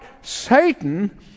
Satan